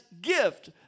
gift